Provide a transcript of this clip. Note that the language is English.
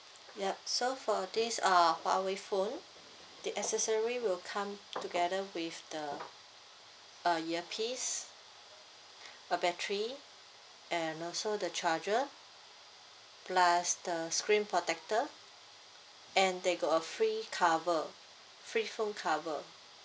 yup so for this uh huawei phone the accessory will come together with the a earpiece a battery and also the charger plus the screen protector and they got a free cover free phone cover